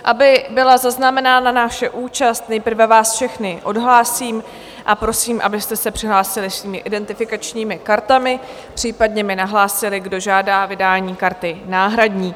Aby byla zaznamenána naše účast, nejprve vás všechny odhlásím a prosím, abyste se přihlásili svými identifikačními kartami, případně mi nahlásili, kdo žádá vydání karty náhradní.